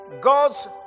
God's